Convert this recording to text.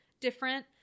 different